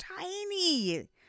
tiny